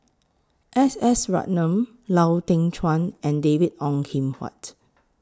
S S Ratnam Lau Teng Chuan and David Ong Kim Huat